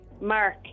Mark